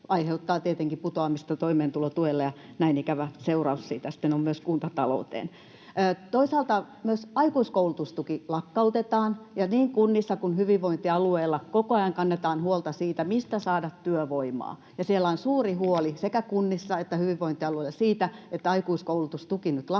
aiheuttaa tietenkin putoamista toimeentulotuelle, ja näin ikävä seuraus siitä sitten on myös kuntatalouteen. Toisaalta myös aikuiskoulutustuki lakkautetaan, ja niin kunnissa kuin hyvinvointialueilla koko ajan kannetaan huolta siitä, mistä saada työvoimaa. Siellä on suuri huoli, sekä kunnissa että hyvinvointialueilla, siitä, että aikuiskoulutustuki nyt lakkautetaan